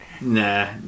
Nah